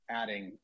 adding